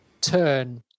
turn